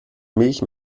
milch